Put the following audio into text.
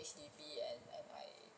H_D_B and and I